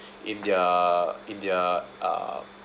in their in their uh